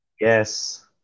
Yes